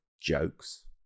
jokes